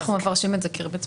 אנחנו מפרשים את זה כריבית צמודה.